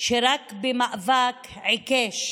שרק מאבק עיקש,